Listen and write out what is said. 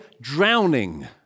drowning